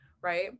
right